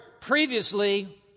previously